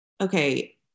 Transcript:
okay